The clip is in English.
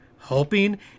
Hoping